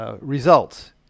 results